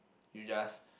you just